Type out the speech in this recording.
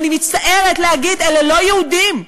אני מצטערת להגיד, אלה לא יהודים.